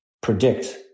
predict